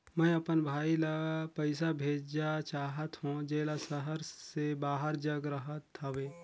मैं अपन भाई ल पइसा भेजा चाहत हों, जेला शहर से बाहर जग रहत हवे